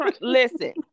listen